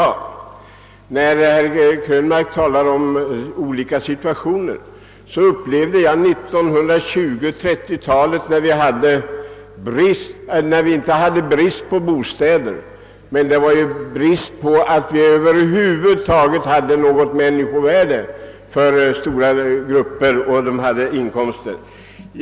Med anledning av att herr Krönmark talade om olika situationer vill jag hänvisa till 1920 och 1930-talen, när vi visserligen inte hade brist på bostäder men då stora grupper hade så låga inkomster alt de inte kunde hålla sig med människovärdiga bostäder.